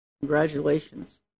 Congratulations